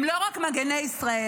הם לא רק מגיני ישראל,